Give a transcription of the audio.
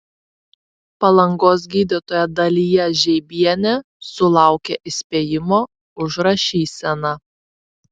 palangos gydytoja dalija žeibienė sulaukė įspėjimo už rašyseną